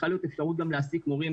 צריכה להיות אפשרות גם להעסיק מורים